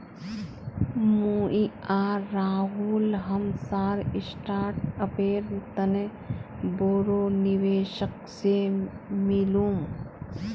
मुई आर राहुल हमसार स्टार्टअपेर तने बोरो निवेशक से मिलुम